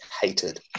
hated